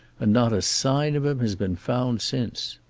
and not a sign of him has been found since.